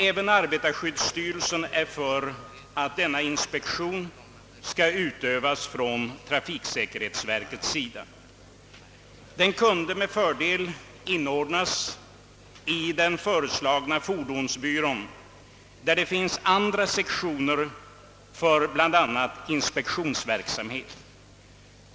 Även arbetarskyddsstyrelsen föreslår att denna inspektion skall utövas av trafiksäkerhetsverket. Det kunde med fördel inordnas i den föreslagna fordonsbyrån, där det finns andra sektioner för bl.a. inspektionsverksamhet.